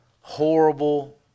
horrible